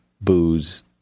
booze